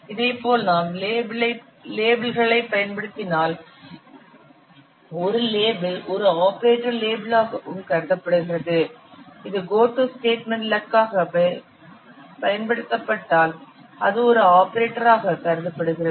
இதேபோல் நாம் லேபிள்களைப் பயன்படுத்தினால் ஒரு லேபிள் ஒரு ஆபரேட்டர் லேபிளாகவும் கருதப்படுகிறது இது GOTO ஸ்டேட்மென்ட் இலக்காகப் பயன்படுத்தப்பட்டால் அது ஒரு ஆபரேட்டராக கருதப்படுகிறது